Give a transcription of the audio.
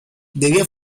debía